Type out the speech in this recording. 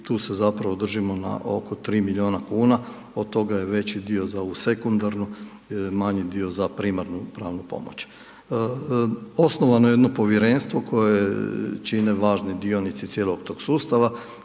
tu se zapravo držimo na oko 3 milijuna kuna, od toga je veći dio za ovu sekundarnu, manji dio za primarnu pravnu pomoć. Osnovano je jedno povjerenstvo koje čine važni dionici cijelog tog sustava